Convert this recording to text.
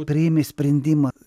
priėmė sprendimą